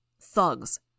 Thugs